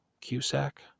Cusack